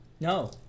No